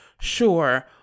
Sure